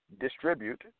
distribute